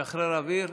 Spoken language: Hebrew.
תשחרר אוויר.